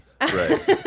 right